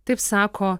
taip sako